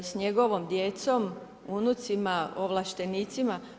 S njegovom djecom, unucima, ovlaštenicima?